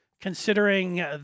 considering